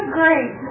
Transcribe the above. great